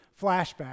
flashback